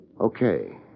Okay